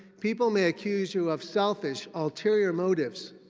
people may accuse you of selfish ulterior motives.